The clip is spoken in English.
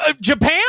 Japan